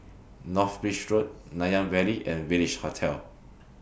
North Bridge Road Nanyang Valley and Village Hotel